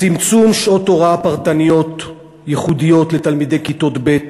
צמצום שעות הוראה פרטניות ייחודיות לתלמידי כיתות ב',